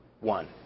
one